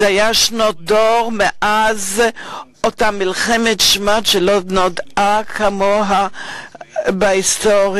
שנות דור מאז אותה מלחמת שמד שלא נודעה כמוה בהיסטוריה,